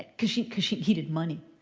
because she because she needed money.